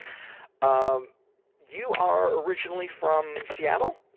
um you are originally from seattle?